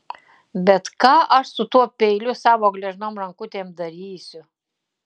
bet ką aš su tuo peiliu savo gležnom rankutėm darysiu